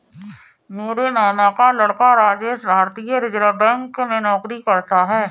मेरे मामा का लड़का राजेश भारतीय रिजर्व बैंक में नौकरी करता है